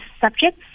subjects